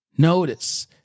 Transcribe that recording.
Notice